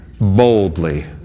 Boldly